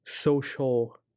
social